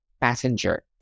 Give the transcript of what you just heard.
passenger